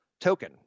token